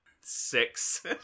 Six